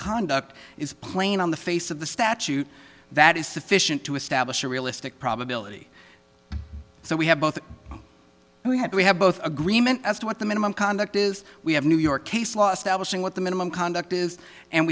conduct is plain on the face of the statute that is sufficient to establish a realistic probability so we have both we have we have both agreement as to what the minimum conduct is we have new york case law stablish in what the minimum conduct is and